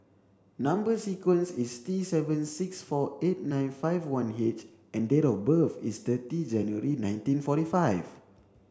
number sequence is T seven six four eight nine five one H and date of birth is thirty January nineteen forty five